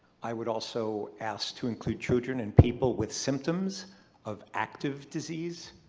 i would also ask to include children and people with symptoms of active disease,